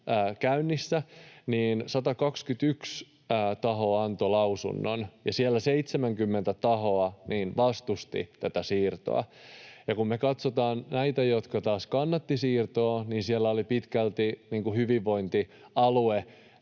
121 tahoa antoi lausunnon ja siellä 70 tahoa vastusti tätä siirtoa. Ja kun me katsotaan näitä, jotka taas kannattivat siirtoa, siellä pitkälti hyvinvointialuenäkökulmasta